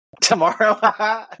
tomorrow